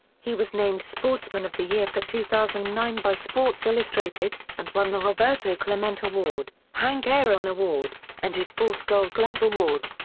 he was named sportsman of the year for two thousand and nine by sports illustrated, and won the roberto clemente award, hank aaron award, and his fourth gold glove award.